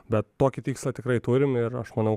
bet tokį tikslą tikrai turim ir aš manau